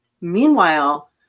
meanwhile